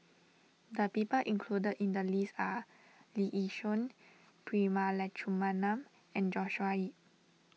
the people included in the list are Lee Yi Shyan Prema Letchumanan and Joshua Ip